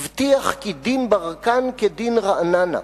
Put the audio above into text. הבטיח כי דין ברקן כדין רעננה,